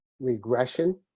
regression